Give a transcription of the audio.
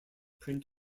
print